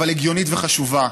אבל הגיונית וחשובה.